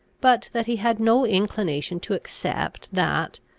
but that he had no inclination to accept that,